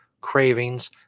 cravings